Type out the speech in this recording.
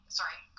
sorry